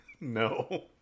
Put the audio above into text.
No